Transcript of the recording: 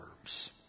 verbs